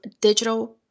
digital